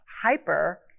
hyper